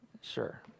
sure